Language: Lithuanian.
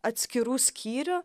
atskirų skyrių